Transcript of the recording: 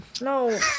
no